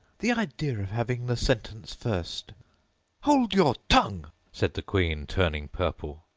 the idea of having the sentence first hold your tongue said the queen, turning purple.